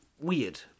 weird